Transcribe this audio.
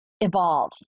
evolve